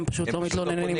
הם פשוט לא מתלוננים.